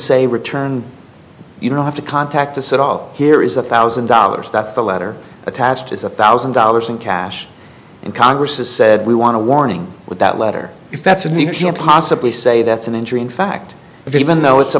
say return you don't have to contact us at all here is the thousand dollars that the letter attached is a thousand dollars in cash and congress has said we want to warning with that letter if that's unusual possibly say that's an injury in fact if even though it's a